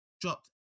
dropped